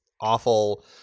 awful